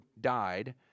died